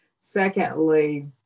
Secondly